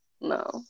No